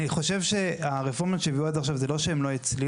אני חושב שהרפורמות שהביאו עד עכשיו זה לא שהן לא הצליחו,